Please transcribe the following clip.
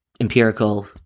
empirical